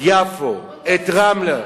את יפו, את רמלה,